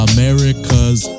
America's